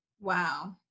Wow